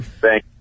Thank